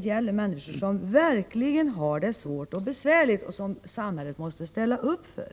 gäller människor som verkligen har det svårt och besvärligt och som samhället måste ställa upp för.